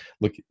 look